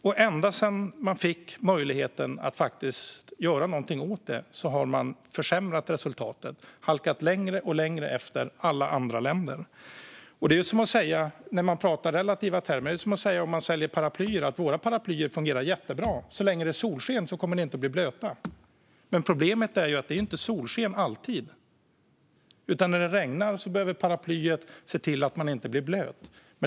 Men ända sedan man fick möjligheten att göra någonting åt det har man försämrat resultaten och halkat längre och längre efter alla andra länder. Om man pratar i relativa termer är detta som att sälja paraplyer och säga: Våra paraplyer fungerar jättebra - så länge det är solsken kommer ni inte att bli blöta. Problemet är att det inte alltid är solsken. När det regnar behöver paraplyet se till att man inte blir blöt.